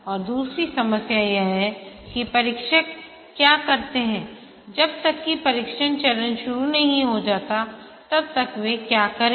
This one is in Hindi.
और दूसरी समस्या यह है कि परीक्षक क्या करते हैं जब तक कि परीक्षण चरण शुरू नहीं हो जाता तब तक वे क्या करे